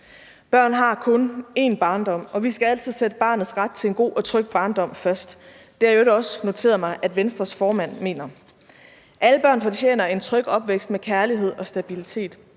Børn har kun én barndom, og vi skal altid sætte barnets ret til en god og tryg barndom først. Det har jeg i øvrigt også noteret mig at Venstres formand mener. Alle børn fortjener en tryg opvækst med kærlighed og stabilitet.